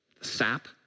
sap